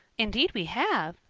indeed we have,